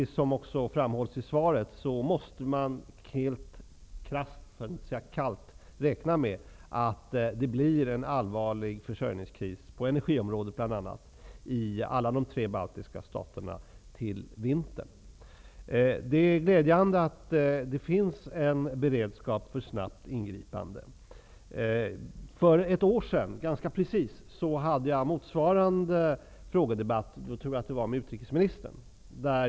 Som framhålls i svaret måste man räkna kallt med att det blir en allvarlig försörjningskris på bl.a. energiområdet i alla de tre baltiska staterna till vintern. Det är glädjande att det finns en beredskap för snabbt ingripande. För ganska precis ett år sedan hade jag motsvarande frågedebatt -- jag tror att det var med utrikesministern.